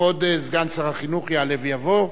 כבוד סגן שר החינוך יעלה ויבוא.